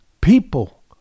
people